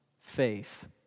faith